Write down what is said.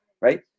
right